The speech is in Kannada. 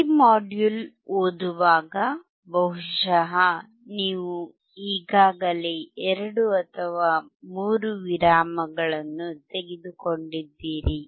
ಈ ಮಾಡ್ಯೂಲ್ ಓದುವಾಗ ಬಹುಶಃ ನೀವು ಈಗಾಗಲೇ 2 ಅಥವಾ 3 ವಿರಾಮಗಳನ್ನು ತೆಗೆದುಕೊಂಡಿದ್ದೀರಿ